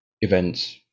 events